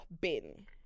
bin